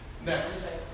Next